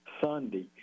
Sunday